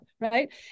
right